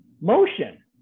motion